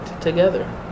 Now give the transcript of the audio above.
Together